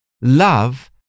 Love